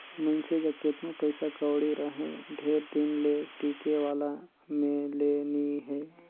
मइनसे जग केतनो पइसा कउड़ी रहें ढेर दिन ले टिके वाला में ले नी हे